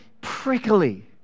prickly